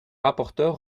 rapporteur